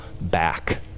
back